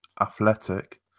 athletic